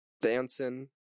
Dancing